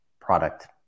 product